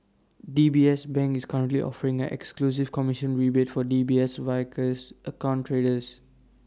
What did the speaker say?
D B S bank is currently offering an exclusive commission rebate for D B S Vickers account traders